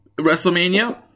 WrestleMania